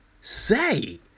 say